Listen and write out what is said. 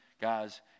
guys